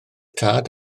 tad